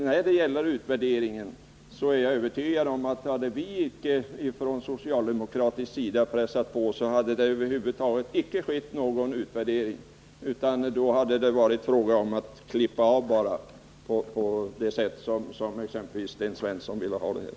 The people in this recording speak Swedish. När det gäller utvärderingen är jag övertygad om att hade vi icke från socialdemokratiskt håll pressat på, hade det över huvud taget icke skett någon utvärdering. Då hade det bara varit fråga om att klippa av på det sätt som exempelvis Sten Svensson rekommenderade.